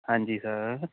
ਹਾਂਜੀ ਸਰ